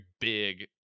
big